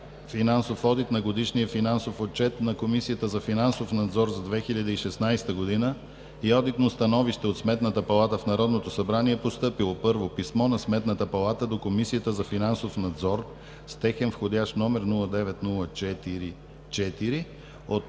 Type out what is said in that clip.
финансов одит на Годишния финансов отчет на Комисията за финансов надзор за 2016 г. и одитно становище от Сметната палата в Народното събрание са постъпили: 1. Писмо на Сметната палата до Комисията за финансов надзор с техен вх. № 09-04-4 от